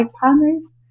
partners